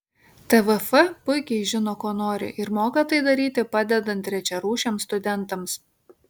tvf puikiai žino ko nori ir moka tai daryti padedant trečiarūšiams studentams